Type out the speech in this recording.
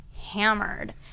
hammered